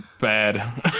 bad